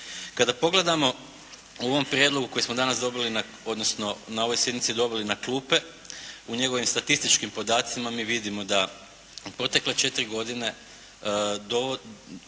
Kada pogledamo u ovom prijedlogu koji smo danas dobili, odnosno na ovoj sjednici dobili na klupe, u njegovim statističkim podacima mi vidimo da u protekle četiri godine broj